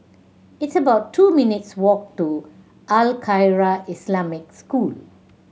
it's about two minutes' walk to Al Khairiah Islamic School